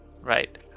Right